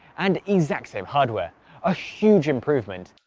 and exact same hardware a huge improvement!